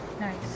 Nice